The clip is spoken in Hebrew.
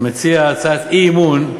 מציע הצעת אי-אמון,